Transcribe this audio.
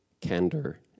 candor